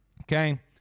Okay